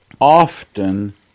often